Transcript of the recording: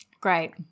Great